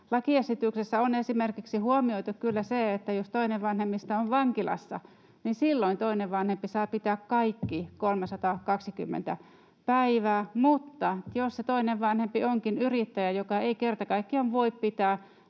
Lakiesityksessä on kyllä huomioitu esimerkiksi se, että jos toinen vanhemmista on vankilassa, niin silloin toinen vanhempi saa pitää kaikki 320 päivää, mutta jos se toinen vanhempi onkin yrittäjä, joka ei kerta kaikkiaan voi pitää